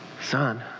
Son